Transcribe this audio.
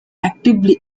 actively